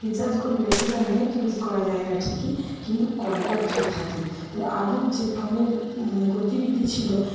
recharge করলে সেটা net use করা যায় না ঠিকই কিন্তু কলটা ফ্রি থাকে তাই আগের যে ফোনের মানে গতিবিধি ছিল